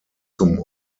zum